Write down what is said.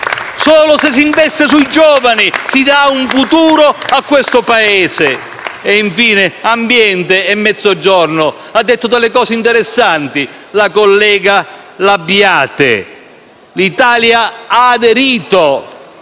Solo se si investe sui giovani si dà un futuro a questo Paese. Infine, ambiente e Mezzogiorno. Ha detto delle cose interessanti la collega L'Abbate. L'Italia ha aderito